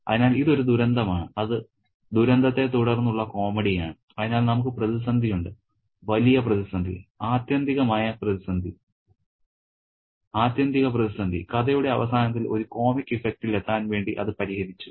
അതിനാൽ ഇത് ഒരു ദുരന്തമാണ് അത് ദുരന്തത്തെ തുടർന്ന് ഉള്ള കോമഡിയാണ് അതിനാൽ നമുക്ക് പ്രതിസന്ധിയുണ്ട് വലിയ പ്രതിസന്ധി ആത്യന്തിക പ്രതിസന്ധി കഥയുടെ അവസാനത്തിൽ ഒരു കോമിക് ഇഫക്റ്റിൽ എത്താൻ വേണ്ടി അത് പരിഹരിച്ചു